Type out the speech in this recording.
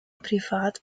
privat